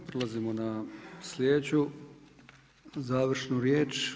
Prelazimo na sljedeću završnu riječ.